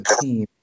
team